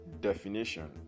definition